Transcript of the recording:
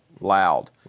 loud